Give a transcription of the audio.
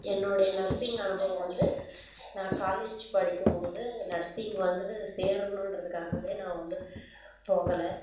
என்னோடைய நர்சிங் அனுபவம் வந்து நான் காலேஜ் படிக்கும்போது நர்சிங் வந்து சேரணுன்றதுக்காகவே நான் வந்து போகலை